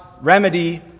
remedy